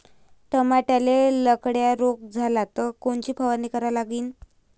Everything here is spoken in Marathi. टमाट्याले लखड्या रोग झाला तर कोनची फवारणी करा लागीन?